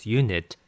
unit